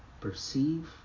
perceive